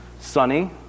sunny